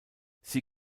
sie